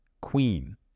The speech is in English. Queen